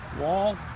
Wall